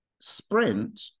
sprint